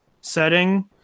setting